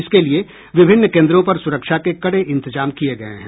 इसके लिये विभिन्न केन्द्रों पर सुरक्षा के कड़े इंतजाम किये गये हैं